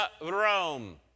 Rome